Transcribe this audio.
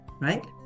right